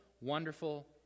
Wonderful